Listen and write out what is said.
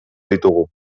ditugu